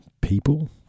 people